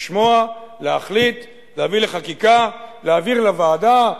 לשמוע, להחליט, להביא לחקיקה ולהעביר לוועדה.